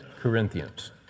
Corinthians